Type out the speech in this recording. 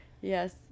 yes